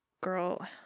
girl